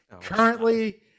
currently